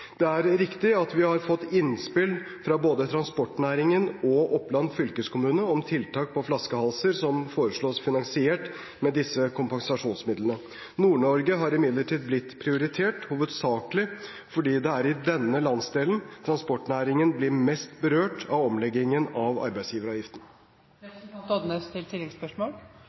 Det er riktig at vi har fått innspill fra både transportnæringen og Oppland fylkeskommune om tiltak på flaskehalser som foreslås finansiert med disse kompensasjonsmidlene. Nord-Norge har imidlertid blitt prioritert, hovedsakelig fordi det er i denne landsdelen transportnæringen blir mest berørt av omleggingen av